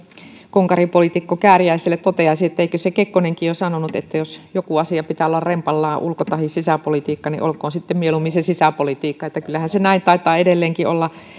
konkaripoliitikko kääriäiselle toteaisin että eikö se kekkonenkin jo sanonut että jos jonkun asian pitää olla rempallaan ulko tai sisäpolitiikan niin olkoon sitten mieluummin se sisäpolitiikka kyllähän se semmoinen reaalipoliittinen totuus näin taitaa edelleenkin olla